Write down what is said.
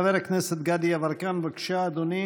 חבר הכנסת גדי יברקן, בבקשה, אדוני.